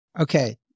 Okay